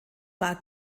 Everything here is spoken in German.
war